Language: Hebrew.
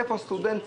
איפה סטודנטים?